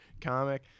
comic